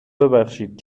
ببخشید